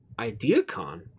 IdeaCon